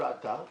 לא אתה,